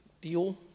Deal